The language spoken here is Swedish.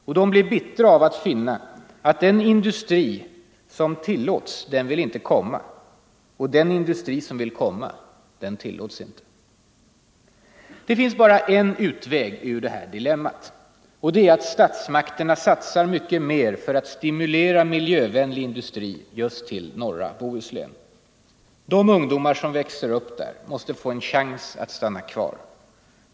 Och de blir bittra av att finna att den industri som tillåts, den vill inte komma, och den industri som vill komma, den tillåts inte. Det finns bara en utväg ur det här dilemmat. Det är att statsmakterna satsar mycket mer för att stimulera miljövänlig industri just till norra Bohuslän. De ungdomar som växer upp där måste få en chans att stanna kvar.